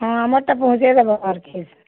ହଁ ଆମର୍ଟା ପହଞ୍ଚେଇଦେବ ଘର୍କେ